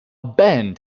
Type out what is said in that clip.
bend